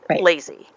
lazy